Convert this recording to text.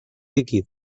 líquid